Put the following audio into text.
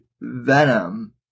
venom